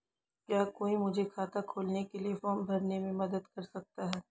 क्या कोई मुझे खाता खोलने के लिए फॉर्म भरने में मदद कर सकता है?